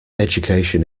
education